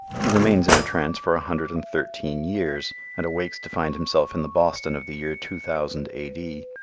he remains in a trance for a hundred and thirteen years and awakes to find himself in the boston of the year two thousand a. d.